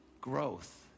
Growth